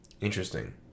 Interesting